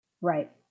Right